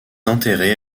enterrée